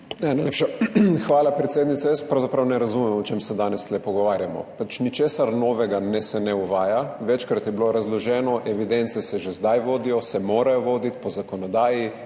hvala, predsednica. Jaz pravzaprav ne razumem, o čem se danes tu pogovarjamo. Nič novega se ne uvaja. Večkrat je bilo razloženo, evidence se že zdaj vodijo, se morajo voditi po zakonodaji,